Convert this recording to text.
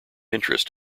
interest